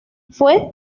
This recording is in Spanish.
fue